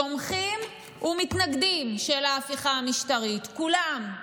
תומכים ומתנגדים של ההפיכה המשטרית, כולם,